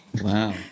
Wow